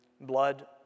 blood